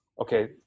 okay